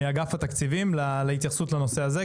מאגף התקציבים להתייחסות לנושא הזה,